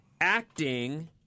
Acting